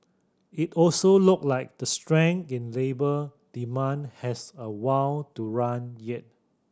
it also look like the strength in labour demand has a while to run yet